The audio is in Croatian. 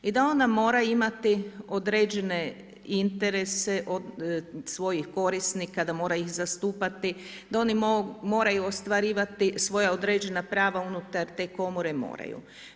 I da ona mora imati određene interese, od svojih korisnika i da mora ih zastupati, da oni moraju ostvarivati svoja određena prava unutar te komore, moraju.